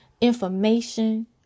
information